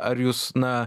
ar jūs na